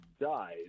dies